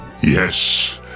Yes